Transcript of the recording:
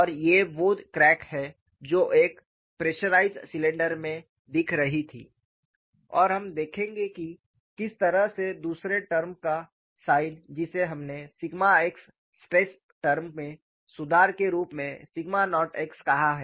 और ये वो क्रैक है जो एक प्रेशराइज्ड सिलेंडर में दिख रही थी और हम देखेंगे कि किस तरह से दूसरे टर्म का साइन जिसे हमने सिग्मा x स्ट्रेस टर्म में सुधार के रूप में सिग्मा नॉट x कहा है